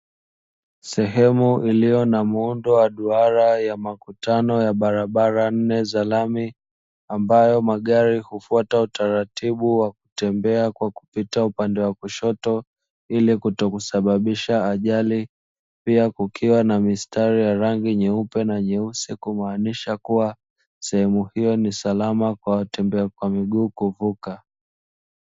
Sehemu iliyo na muundo wa duara ya makutano ya barabara nne za lami ambayo magari hufuata utaratibu wa kutembea kwa kupita upande wa kushoto ili kutokusababisha ajali pia kukiwa na mistari ya rangi nyeupe na nyeusi kumaanisha kuwa sehemu hiyo ni salama kwa watembea kwa miguu kuvuka.